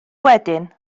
wedyn